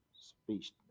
speech